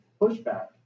pushback